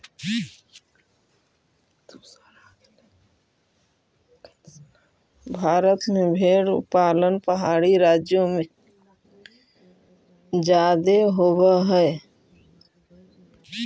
भारत में भेंड़ पालन पहाड़ी राज्यों में जादे होब हई